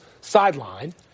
sideline